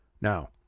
Now